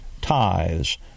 tithes